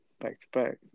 back-to-back